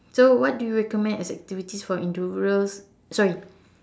so what do you recommend as activities for individuals sorry